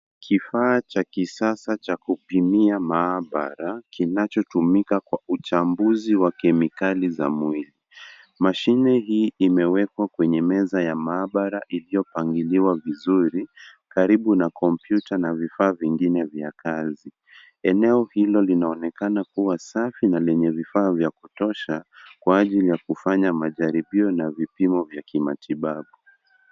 Kifaa cha kisasa cha kupimia maabara kinachotumika kwa uchambuzi wa kemikali za mwili. Mashine hii imewekwa kwenye meza ya maabara iliyopangiliwa vizuri karibu na kompyuta na vifaa vingine vya kazi. Eneo hilo linaonekana kuwa safi na lenye vifaa vya kutosha kwa ajili ya kufanya majaribio na vipimo vya kimatiabu.